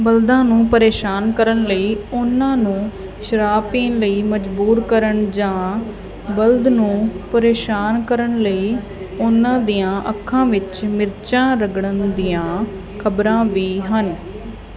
ਬਲਦਾਂ ਨੂੰ ਪਰੇਸ਼ਾਨ ਕਰਨ ਲਈ ਉਨ੍ਹਾਂ ਨੂੰ ਸ਼ਰਾਬ ਪੀਣ ਲਈ ਮਜ਼ਬੂਰ ਕਰਨ ਜਾਂ ਬਲਦ ਨੂੰ ਪਰੇਸ਼ਾਨ ਕਰਨ ਲਈ ਉਨ੍ਹਾਂ ਦੀਆਂ ਅੱਖਾਂ ਵਿੱਚ ਮਿਰਚਾਂ ਰਗੜਨ ਦੀਆਂ ਖ਼ਬਰਾਂ ਵੀ ਹਨ